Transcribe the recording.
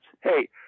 Hey